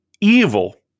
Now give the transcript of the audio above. evil